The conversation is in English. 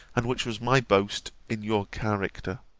and which was my boast in your character.